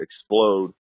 explode